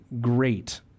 great